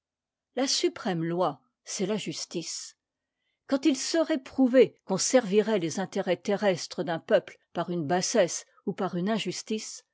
la suprême tôt c'est la justice quand il serait prouvé qu'on servirait les intérêts terrestres d'un peuple par une bassesse ou par une injustice